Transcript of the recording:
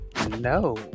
No